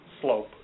slope